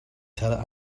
teller